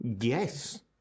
yes